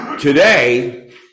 Today